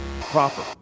proper